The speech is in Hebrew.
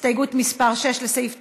הסתייגות מס' 6, לסעיף 9,